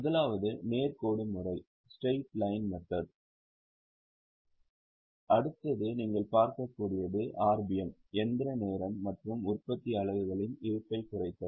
முதலாவது நேர் கோடு முறை அடுத்தது நீங்கள் பார்க்கக்கூடியது RBM இயந்திர நேரம் மற்றும் உற்பத்தி அலகுகளின் இருப்பைக் குறைத்தல்